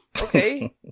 Okay